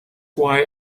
why